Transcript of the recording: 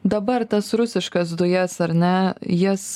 dabar tas rusiškas dujas ar ne jas